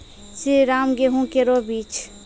श्रीराम गेहूँ केरो बीज?